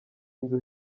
inzu